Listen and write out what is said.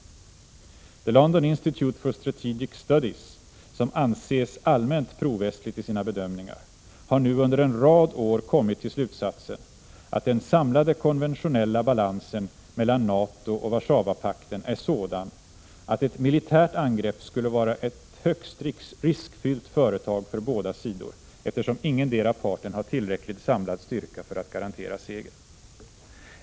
The London Institute for Strategic Studies, som anses allmänt pro-västligt i sina bedömningar, har nu under en rad år kommit till slutsatsen, att den samlade konventionella balansen mellan NATO och Warszawapakten är sådan, att ett militärt angrepp skulle vara ett högst riskfyllt företag för båda sidor, eftersom ingendera parten har tillräcklig samlad styrka för att garantera seger.